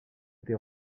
été